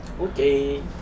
okay